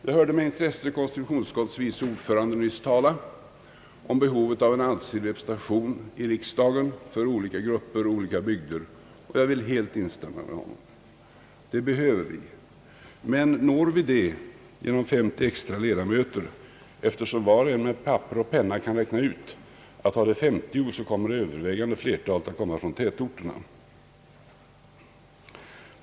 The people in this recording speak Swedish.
Jag hörde med intresse konstitutionsutskottets vice ordförande nyss tala om behovet av en allsidig representation i riksdagen för olika grupper och olika bygder, och jag vill helt instämma med honom. Det behöver vi, men når vi det genom 50 extra ledamöter? Var och en kan med papper och penna räkna ut att av de 50 nya mandat som frågan gäller kommer tätorterna att besätta den övervägande delen.